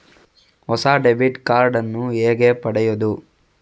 ಹೊಸ debit card ನ್ನು ಹೇಗೆ ಪಡೆಯುದು?